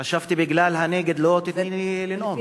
חשבתי, בגלל הנגד לא תיתן לי לנאום.